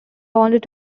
bonded